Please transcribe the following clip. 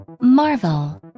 Marvel